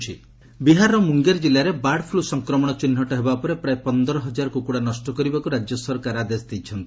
Bihar bird flu Bihar Munger ଜିଲ୍ଲାରେ bird flu ସଂକ୍ରମଣ ଚିହ୍ନଟ ହେବା ପରେ ପ୍ରାୟ ପନ୍ଦର ହଜାର କୁକୁଡ଼ା ନଷ୍ଟ କରିବାକୁ ରାଜ୍ୟ ସରକାର ଆଦେଶ ଦେଇଛନ୍ତି